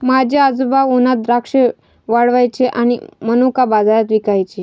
माझे आजोबा उन्हात द्राक्षे वाळवायचे आणि मनुका बाजारात विकायचे